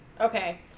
Okay